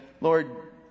Lord